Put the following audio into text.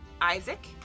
Isaac